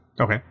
Okay